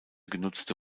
genutzte